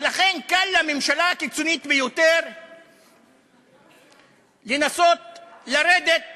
ולכן, קל לממשלה הקיצונית ביותר לנסות לרדת